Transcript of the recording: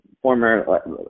Former